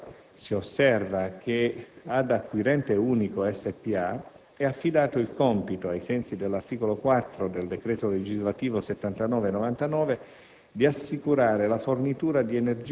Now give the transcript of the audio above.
In merito alla garanzia di fornitura, si osserva che ad Aquirente Unico S.p.A. è affidato il compito, ai sensi dell'articolo 4 del decreto legislativo n. 79